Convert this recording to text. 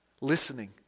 listening